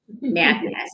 madness